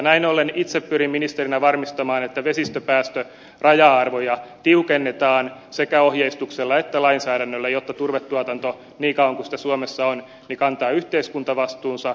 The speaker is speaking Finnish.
näin ollen itse pyrin ministerinä varmistamaan että vesistöpäästöraja arvoja tiukennetaan sekä ohjeistuksella että lainsäädännöllä jotta turvetuotanto niin kauan kuin sitä suomessa on kantaa yhteiskuntavastuunsa